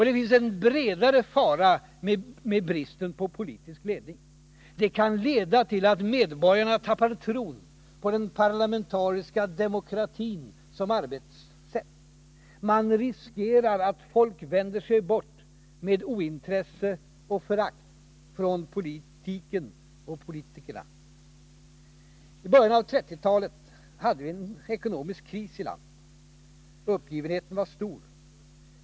Det finns en bredare fara med bristen på politisk ledning. Den kan leda till att medborgarna tappar tron på den parlamentariska demokratin som arbetssätt. Man riskerar att folk vänder sig bort med ointresse och förakt för politiken och politikerna. I början av 1930-talet hade vi en ekonomisk kris i landet. Uppgivenheten var stor.